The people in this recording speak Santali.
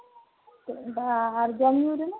ᱟᱨ ᱡᱚᱢᱼᱧᱩ ᱨᱮᱱᱟᱜ